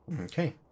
Okay